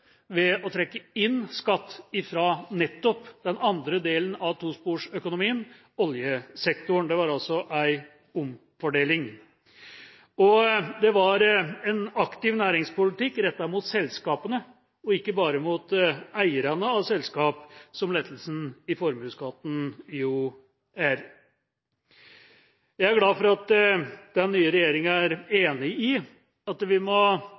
ved å trekke inn skatt fra nettopp den andre delen av tosporsøkonomien: oljesektoren. Det var altså en omfordeling. Det var en aktiv næringspolitikk rettet mot selskapene, og ikke bare mot eierne av selskap, som lettelsen i formuesskatten jo er. Jeg er glad for at den nye regjeringa er enig i at vi må